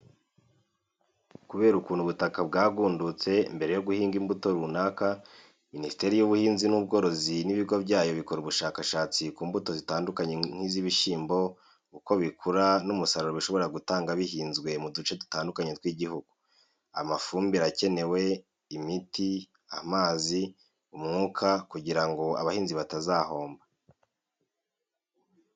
Kubera ukuntu ubutaka bwagundutse, mbere yo guhinga imbuto runaka, Minisiteri y'Ubuhinzi n'Ubworozi n'Ibigo byayo bikora ubushakashatsi ku mbuto zitandukanye nk'iz'ibishyimbo, uko bikura n'umusaruro bishobora gutanga bihinzwe mu duce dutandukanye tw'igihugu, amafumbire akenewe, imiti, amazi, umwuka, kugira ngo abahinzi batazahomba.